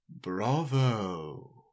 bravo